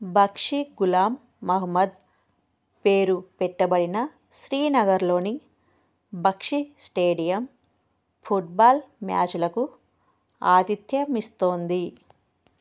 బక్షి గులాం మహ్మద్ పేరు పెట్టబడిన శ్రీనగర్లోని బక్షి స్టేడియం ఫుట్బాల్ మ్యాచులకు ఆతిథ్యం ఇస్తోంది